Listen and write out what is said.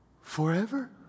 forever